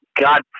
God